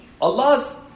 Allah's